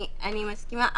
אני מסכימה.